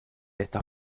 estas